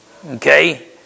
Okay